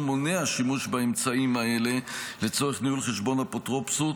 מונע שימוש באמצעים האלה לצורך ניהול חשבון אפוטרופסות,